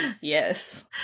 Yes